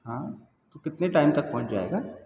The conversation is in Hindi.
हाँ तो कितने टाइम तक पहुँच जाएगा